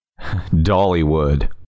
Dollywood